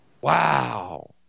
Wow